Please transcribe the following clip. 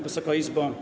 Wysoka Izbo!